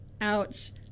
Ouch